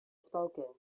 spoken